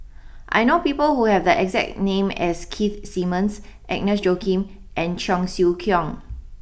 I know people who have the exact name as Keith Simmons Agnes Joaquim and Cheong Siew Keong